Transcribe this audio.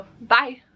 Bye